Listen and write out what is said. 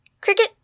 cricket